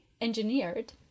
engineered